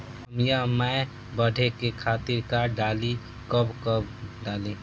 आमिया मैं बढ़े के खातिर का डाली कब कब डाली?